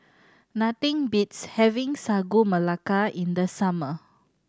nothing beats having Sagu Melaka in the summer